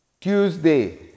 Tuesday